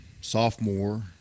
sophomore